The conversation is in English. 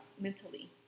mentally